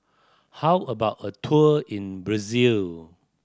how about a tour in Brazil